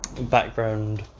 background